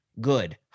Good